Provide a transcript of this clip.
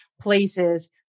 places